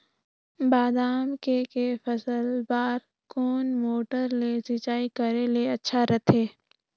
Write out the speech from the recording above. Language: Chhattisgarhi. बादाम के के फसल बार कोन मोटर ले सिंचाई करे ले अच्छा रथे?